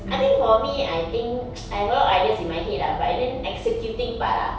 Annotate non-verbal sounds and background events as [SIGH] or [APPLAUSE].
I think for me I think [NOISE] I've a lot of ideas in my head ah but I think executing part ah